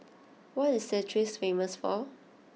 what is Castries famous for